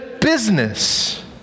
business